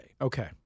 Okay